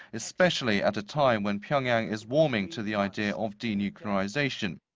especially at a time when pyongyang is warming to the idea of denuclearization.